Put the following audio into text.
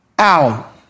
out